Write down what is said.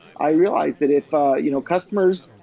i realize that if ah you know customers,